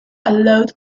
allowed